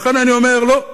לכן אני אומר: לא.